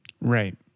Right